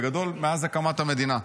בגדול מאז הקמת המדינה,